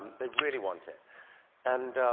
they really want it. and